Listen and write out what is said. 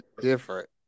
different